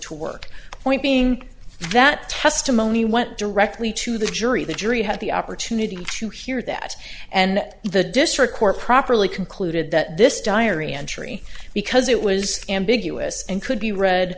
to work point being that testimony went directly to the jury the jury had the opportunity to hear that and the district court properly concluded that this diary entry because it was ambiguous and could be read